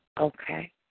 Okay